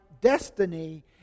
destiny